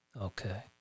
Okay